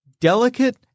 delicate